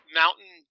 mountain